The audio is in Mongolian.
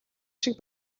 шиг